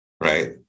Right